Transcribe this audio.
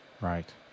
right